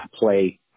play